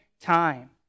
time